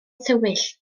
tywyll